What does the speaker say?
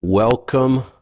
Welcome